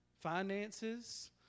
finances